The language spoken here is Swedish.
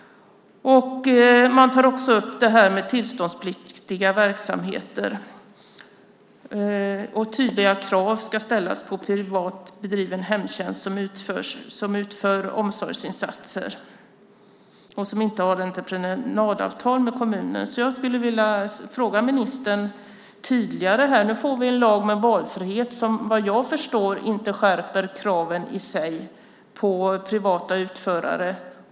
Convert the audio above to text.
Man tar också upp det här med tillståndspliktiga verksamheter. Tydliga krav ska ställas på privat bedriven hemtjänst som utför omsorgsinsatser och inte har entreprenadavtal med kommunen. Nu får vi en lag om valfrihet som vad jag förstår inte skärper kraven i sig på privata utförare.